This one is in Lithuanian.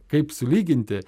kaip sulyginti